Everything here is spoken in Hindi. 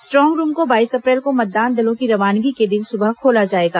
स्ट्रांग रूम को बाईस अप्रैल को मतदान दलों की रवानगी के दिन सुबह खोला जाएगा